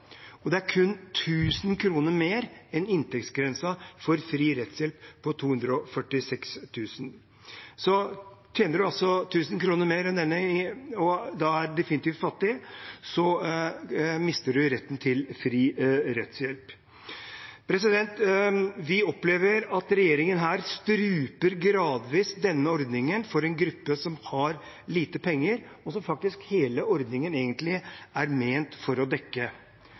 kr. Det er kun 1 000 kr over inntektsgrensen for fri rettshjelp på 246 000 kr. Tjener man altså 1 000 kr mer – og da definitivt er fattig – mister man retten til fri rettshjelp. Vi opplever at regjeringen her gradvis struper denne ordningen for en gruppe som har lite penger, og som hele ordningen egentlig er ment å dekke.